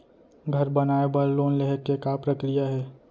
घर बनाये बर लोन लेहे के का प्रक्रिया हे?